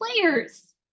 players